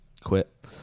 quit